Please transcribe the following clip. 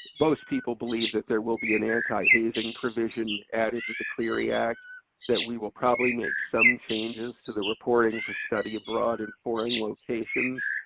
most people believe that there will be an anti-hazing provision added to the clery act that we will probably make some changes to the reporting for study abroad in foreign locations.